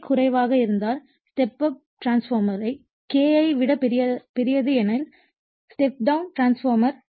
K குறைவாக இருந்தால் step up transformer K ஐ விட பெரியது எனில் ஸ்டெப் டௌன் டிரான்ஸ்பார்மர்